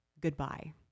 Goodbye